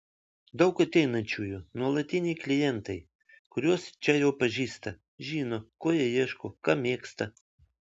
daug ateinančiųjų nuolatiniai klientai kuriuos čia jau pažįsta žino ko jie ieško ką mėgsta